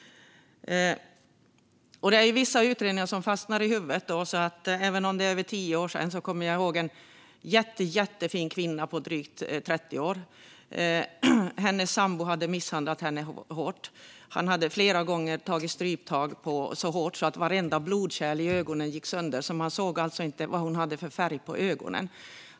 Vissa utredningar fastnar i huvudet, så även om det är över tio år sedan kommer jag ihåg en jättefin kvinna på drygt 30 år. Hennes sambo hade misshandlat henne hårt. Han hade flera gånger tagit stryptag så hårt att vartenda blodkärl i hennes ögon hade gått sönder. Man såg alltså inte vad hon hade för färg på ögonen.